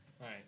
right